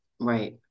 right